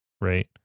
right